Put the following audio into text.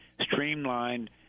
streamlined